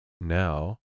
now